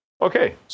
Okay